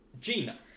Gina